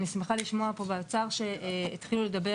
אני שמחה לשמוע פה באוצר שהתחילו לדבר